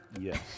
yes